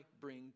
bring